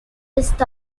west